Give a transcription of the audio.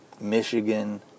Michigan